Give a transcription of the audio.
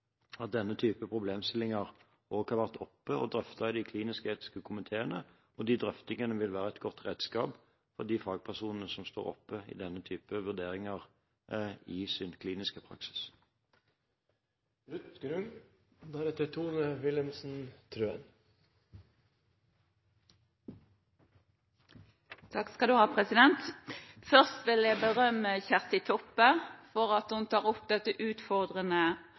at denne typen problemstillinger også har vært oppe og drøftet i de klinisk-etiske komiteene, og de drøftingene vil være et godt redskap for de fagpersonene som står oppe i denne typen vurderinger i sin kliniske praksis. Først vil jeg berømme Kjersti Toppe for at hun tar opp dette utfordrende